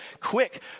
quick